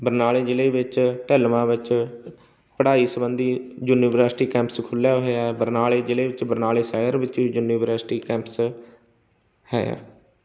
ਬਰਨਾਲੇ ਜ਼ਿਲ੍ਹੇ ਵਿੱਚ ਢਿੱਲਵਾਂ ਵਿੱਚ ਪੜ੍ਹਾਈ ਸੰਬੰਧੀ ਯੂਨੀਵਰਸਿਟੀ ਕੈਂਪਸ ਖੁੱਲ੍ਹਿਆ ਹੋਇਆ ਬਰਨਾਲੇ ਜ਼ਿਲ੍ਹੇ ਵਿੱਚ ਬਰਨਾਲੇ ਸ਼ਹਿਰ ਵਿੱਚ ਯੂਨੀਵਰਸਿਟੀ ਕੈਂਪਸ ਹੈ